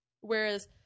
Whereas